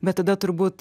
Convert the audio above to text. bet tada turbūt